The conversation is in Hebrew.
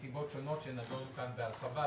מסיבות שונות שנדונו כאן בהרחבה,